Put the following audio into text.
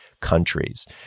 countries